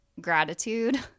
gratitude